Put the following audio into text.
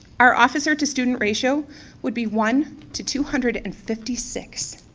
our officer to student ratio would be one to two hundred and fifty six,